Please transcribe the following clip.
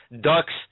Ducks